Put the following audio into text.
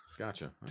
Gotcha